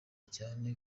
cyanee